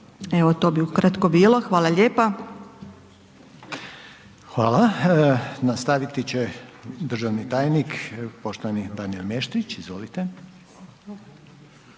Evo, to bi ukratko bilo, hvala lijepa. **Reiner, Željko (HDZ)** Hvala. Nastaviti će državni tajnik, poštovani Danijel Meštrić, izvolite.